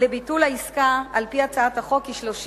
לביטול העסקה על-פי הצעת החוק היא 30 יום,